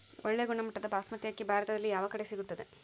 ಒಳ್ಳೆ ಗುಣಮಟ್ಟದ ಬಾಸ್ಮತಿ ಅಕ್ಕಿ ಭಾರತದಲ್ಲಿ ಯಾವ ಕಡೆ ಸಿಗುತ್ತದೆ?